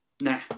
Nah